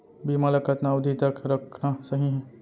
बीमा ल कतना अवधि तक रखना सही हे?